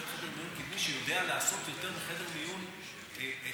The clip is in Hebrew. חדר מיון קדמי שיודע לעשות יותר מחדר מיון כזה,